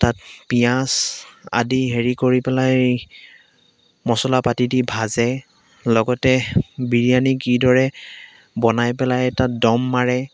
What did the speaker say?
তাত পিঁয়াজ আদি হেৰি কৰি পেলাই মচলা পাতি দি ভাজে লগতে বিৰিয়ানী কিদৰে বনাই পেলাই তাত দম মাৰে